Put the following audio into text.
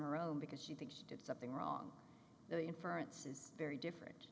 her own because she thinks she did something wrong the inference is very different